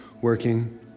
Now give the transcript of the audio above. working